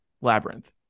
Labyrinth